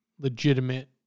legitimate